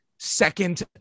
second